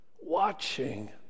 watching